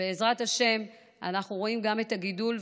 בעזרת השם אנחנו רואים גם את הגידול,